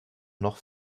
noch